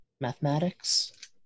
mathematics